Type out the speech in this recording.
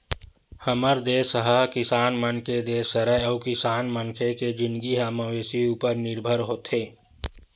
हमर देस ह किसान मन के देस हरय अउ किसान मनखे के जिनगी ह मवेशी उपर निरभर होथे